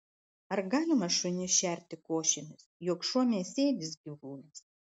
ar galima šunis šerti košėmis juk šuo mėsėdis gyvūnas